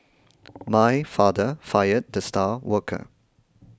my father fired the star worker